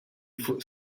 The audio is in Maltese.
fuq